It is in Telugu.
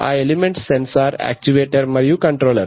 ఆ ఎలిమెంట్స్ సెన్సార్ యాక్చువెటర్ మరియు కంట్రోలర్